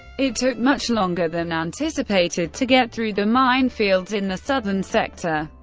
it took much longer than anticipated to get through the minefields in the southern sector,